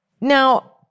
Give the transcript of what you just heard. Now